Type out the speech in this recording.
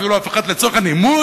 אפילו אף אחד לצורך הנימוס,